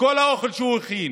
כל האוכל שהוא הכין,